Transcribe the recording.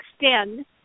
extend